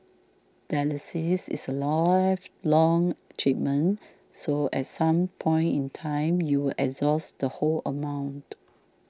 dialysis is a lifelong treatment so as some point in time you will exhaust the whole amount